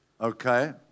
Okay